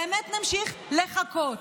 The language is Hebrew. באמת נמשיך לחכות.